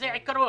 זה עיקרון.